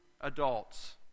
adults